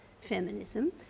feminism